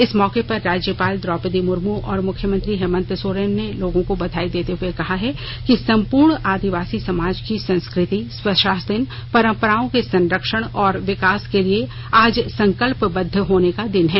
इस मौके पर राज्यपाल द्रौपदी मुर्मू और मुख्यमंत्री हेमंत सोरेन ने बधाई देते हुए कहा है कि संपूर्ण आदिवासी समाज की संस्कृति स्वशासन परंपराओं के संरक्षण और विकास के लिए आज संकल्पबद्ध होने का दिन है